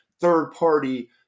third-party